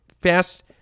fast